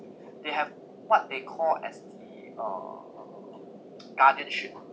they have what they call as the uh guardianship